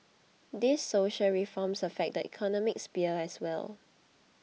these social reforms affect the economic sphere as well